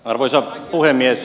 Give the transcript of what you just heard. arvoisa puhemies